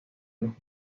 los